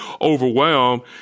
overwhelmed